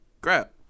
crap